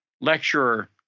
lecturer